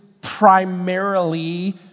primarily